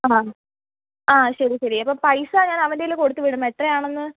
ആ ആ ശരി ശരി അപ്പം പൈസ ഞാൻ അവൻറെ കയ്യിൽ കൊടുത്ത് വിടുന്നത് എത്രയാണെന്ന്